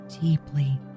deeply